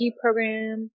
program